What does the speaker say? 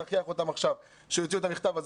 להכריח אותם עכשיו להוציא מכתב.